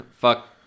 Fuck